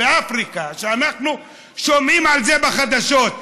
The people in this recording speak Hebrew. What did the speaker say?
באפריקה, שאנחנו שומעים על זה בחדשות.